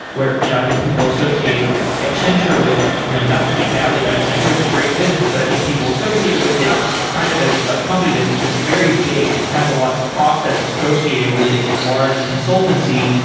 where you know i think people associate accenture with you know not to speak badly about accenture it's a great business, but i think people associate with it kind of as a company that's that's very big and has a lot of process associated with its large consultancy.